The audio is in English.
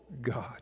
God